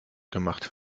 gemacht